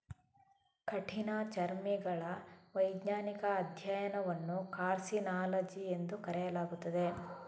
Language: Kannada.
ಕಠಿಣಚರ್ಮಿಗಳ ವೈಜ್ಞಾನಿಕ ಅಧ್ಯಯನವನ್ನು ಕಾರ್ಸಿನಾಲಜಿ ಎಂದು ಕರೆಯಲಾಗುತ್ತದೆ